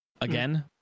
again